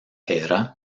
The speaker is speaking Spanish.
era